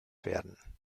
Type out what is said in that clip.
werden